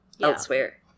elsewhere